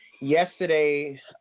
Yesterday